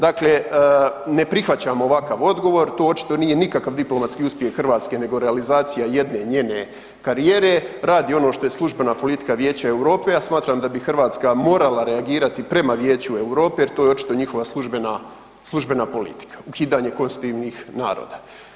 Dakle, ne prihvaćam ovakav odgovor to očito nije nikakav diplomatski uspjeh Hrvatske nego realizacija jedne njene karijere, radi ono što je službena politika Vijeća Europe, a smatram da bi Hrvatska morala reagirati prema Vijeću Europe jer to je očito njihova službena, službena politika, pitanje konstitutivnih naroda.